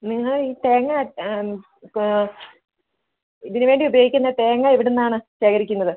നിങ്ങൾ ഈ തേങ്ങ ഇതിന് വേണ്ടി ഉപയോഗിക്കുന്നത് തേങ്ങ എവിടെ നിന്നാണ് ശേഖരിക്കുന്നത്